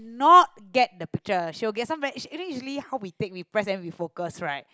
not get the picture she will get some very is usually how we take we press and we focus right